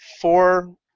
four